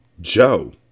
Joe